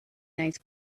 nice